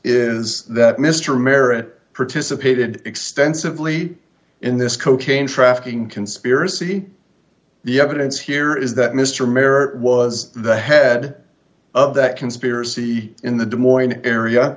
is that mr merritt participated extensively in this cocaine trafficking conspiracy the evidence here is that mr merrett was the head of that conspiracy in the des moines area